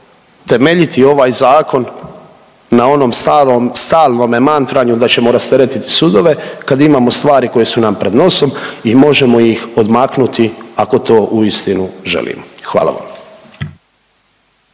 temeljiti ovaj zakon na onom starom stalnome mantranju da ćemo rasteretiti sudove kad imamo stvari koje su nam pred nosom i možemo ih odmaknuti ako to uistinu želimo. Hvala vam.